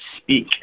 Speak